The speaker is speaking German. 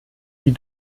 die